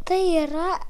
tai yra